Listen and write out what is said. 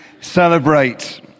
celebrate